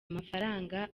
amafaranga